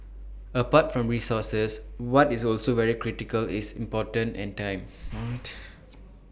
apart from resources what is also very critical is important and time what